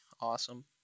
awesome